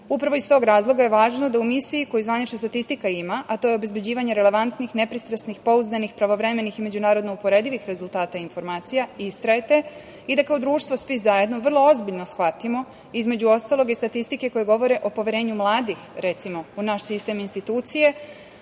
nas. Upravo iz tog razloga je važno da u misiji koju zvanična statistika ima, a to je obezbeđivanje relevantnih, nepristrasnih, pouzdanih, pravovremenih i međunarodno uporedivih rezultata informacija istrajete i da kao društvo svi zajedno vrlo ozbiljno shvatimo, između ostalog, i statistike koje govore o poverenju mladih, recimo, u naš sistem institucije,